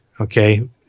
okay